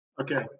Okay